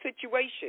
situation